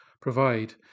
provide